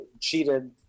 cheated